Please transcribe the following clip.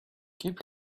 keep